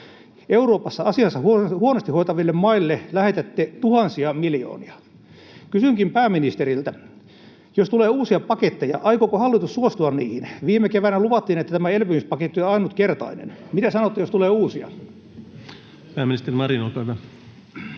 Euroopassa asiansa huonosti hoitaville maille lähetätte tuhansia miljoonia. Kysynkin pääministeriltä: Jos tulee uusia paketteja, aikooko hallitus suostua niihin? Viime keväänä luvattiin, että tämä elpymispaketti on ainutkertainen. Mitä sanotte, jos tulee uusia? [Speech 4] Speaker: